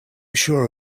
sure